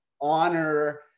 honor